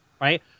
Right